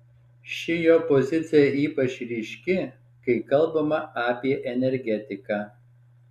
ši jo pozicija ypač ryški kai kalbama apie energetiką